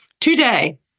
today